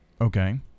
Okay